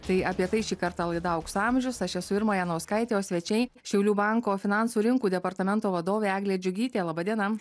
tai apie tai šį kartą laida aukso amžius aš esu irma janauskaitė o svečiai šiaulių banko finansų rinkų departamento vadovė eglė džiugytė laba diena